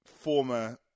former